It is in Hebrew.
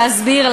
להסביר,